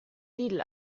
lidl